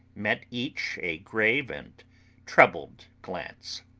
met each a grave and troubled glance.